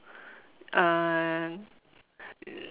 uh